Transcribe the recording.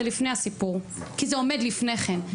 זה לפני הסיפור כי זה עומד לפני כן,